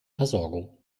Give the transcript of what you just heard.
versorgung